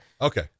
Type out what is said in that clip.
Okay